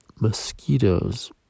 mosquitoes